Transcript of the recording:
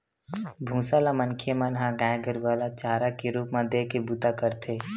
भूसा ल मनखे मन ह गाय गरुवा ल चारा के रुप म देय के बूता करथे